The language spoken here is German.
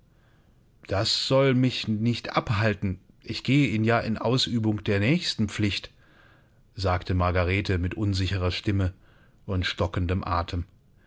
das soll mich nicht abhalten ich gehe ihn ja in ausübung der nächstenpflicht sagte margarete mit unsicherer stimme und stockendem atem